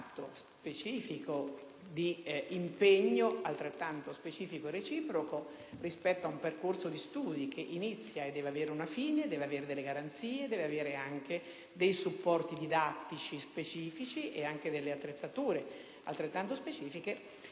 patto specifico di impegno - altrettanto specifico e reciproco - rispetto ad un percorso di studi che inizia e deve avere una fine e delle garanzie (ed anche dei supporti didattici specifici e delle attrezzature altrettanto specifiche),